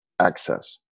access